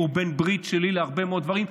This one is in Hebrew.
הוא בעל ברית שלי להרבה מאוד דברים,